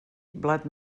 blat